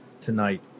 tonight